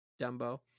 Dumbo